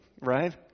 right